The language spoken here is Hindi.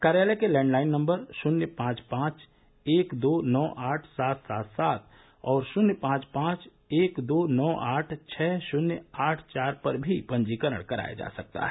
कार्यालय के लैण्डलाइन नम्बर शून्य पांच पांच एक दो नौ आठ सात सात सात और शून्य पांच पांच एक दो नौ आठ छः शून्य आठ चार पर भी पंजीकरण कराया जा सकता है